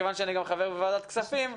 מכיוון שאני גם חבר בוועדת הכספים,